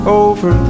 over